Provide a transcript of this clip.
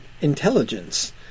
intelligence